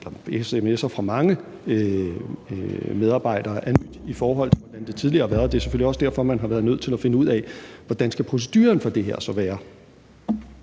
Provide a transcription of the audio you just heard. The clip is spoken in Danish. af sms'er fra mange medarbejdere, er ny, i forhold til hvordan det tidligere har været. Det er selvfølgelig også derfor, man har været nødt til at finde ud af, hvordan proceduren for det her så skal